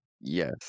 Yes